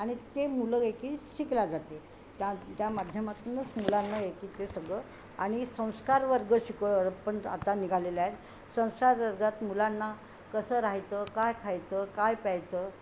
आणि ते मुलं एकी शिकल्या जाते त्या त्या माध्यमातूनच मुलांना एकी ते सगळं आणि संस्कारवर्ग शिकव पण आता निघालेला आहे संस्कारवर्गात मुलांना कसं राहायचं काय खायचं काय प्यायचं